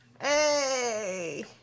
Hey